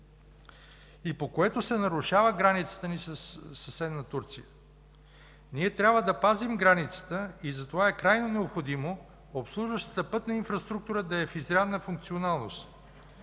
и се нарушава границата ни със съседна Турция. Ние трябва да пазим границата и затова е крайно необходимо обслужващата пътна инфраструктура да е в изрядна функционалност.